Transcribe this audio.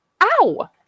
Ow